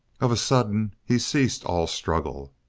of a sudden he ceased all struggle.